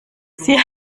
sie